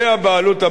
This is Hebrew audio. לא יוכל להיות.